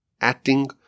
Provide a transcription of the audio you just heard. acting